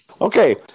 Okay